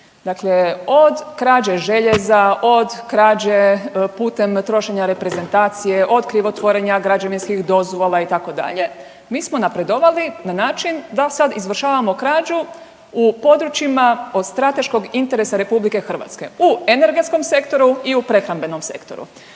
Dakle od krađe željeza, od krađe putem trošenja reprezentacije, od krivotvorenja građevinskih dozvola, itd., mi smo napredovali na način da sad izvršavamo krađu u područjima od strateških interesa RH, u energetskom sektoru i u prehrambenom sektoru